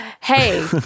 Hey